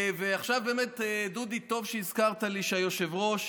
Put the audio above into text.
ועכשיו באמת, דודי, טוב שהזכרת לי שהיושבת-ראש,